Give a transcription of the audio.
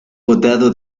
votado